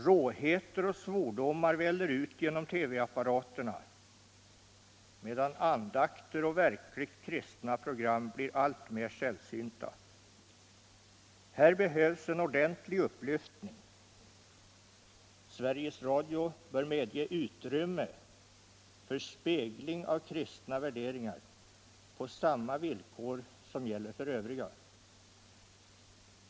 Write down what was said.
Råheter och svordomar väller ut genom TV-apparaterna, medan andakter och verkligt kristna program blir alltmer sällsynta. Här behövs en ordentlig upplyftning! Sveriges Radio bör medge utrymme för spegling av kristna värderingar på samma villkor som gäller för övriga.